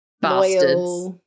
Bastards